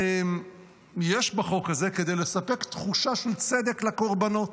יש בחוק הזה כדי לספק תחושה של צדק לקורבנות.